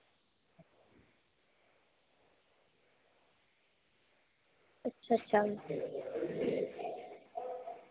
अच्छा